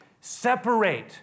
separate